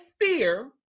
fear